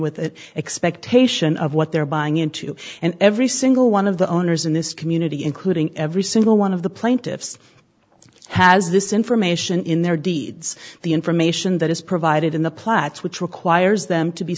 with that expectation of what they're buying into and every single one of the owners in this community including every single one of the plaintiffs has this information in their deeds the information that is provided in the plats which requires them to be